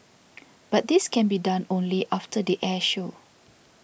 but this can be done only after the air show